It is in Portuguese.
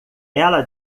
ela